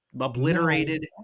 obliterated